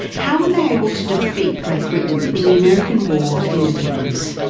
how were they able to defeat great britain in the american war of independence?